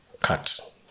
cut